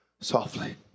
Softly